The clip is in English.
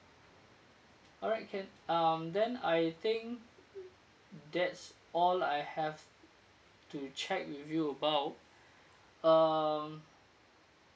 alright can um then I think that's all I have to check with you about um